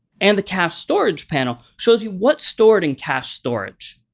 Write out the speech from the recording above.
and the cache storage panel shows you what's stored in cache storage.